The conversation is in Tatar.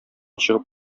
чыгып